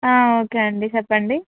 okay అండి చెప్పండి